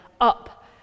up